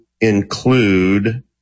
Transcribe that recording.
include